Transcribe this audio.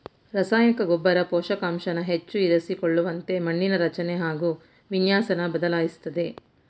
ರಸಾಯನಿಕ ಗೊಬ್ಬರ ಪೋಷಕಾಂಶನ ಹೆಚ್ಚು ಇರಿಸಿಕೊಳ್ಳುವಂತೆ ಮಣ್ಣಿನ ರಚನೆ ಹಾಗು ವಿನ್ಯಾಸನ ಬದಲಾಯಿಸ್ತದೆ